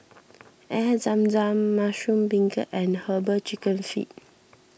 Air Zam Zam Mushroom Beancurd and Herbal Chicken Feet